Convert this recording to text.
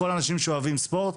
כל האנשים שאוהבים ספורט,